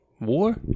war